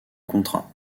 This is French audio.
contrat